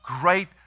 great